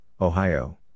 Ohio